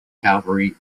cavalry